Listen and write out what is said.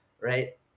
right